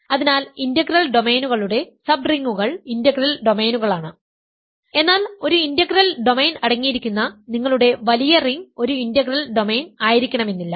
അതിനാൽ ഇന്റഗ്രൽ ഡൊമെയ്നുകളുടെ സബ്റിംഗുകൾ ഇന്റഗ്രൽ ഡൊമെയ്നുകളാണ് എന്നാൽ ഒരു ഇന്റഗ്രൽ ഡൊമെയ്ൻ അടങ്ങിയിരിക്കുന്ന നിങ്ങളുടെ വലിയ റിംഗ് ഒരു ഇന്റഗ്രൽ ഡൊമെയ്ൻ ആയിരിക്കണമെന്നില്ല